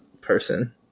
Person